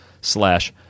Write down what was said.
slash